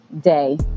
day